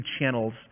channels